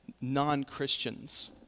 non-Christians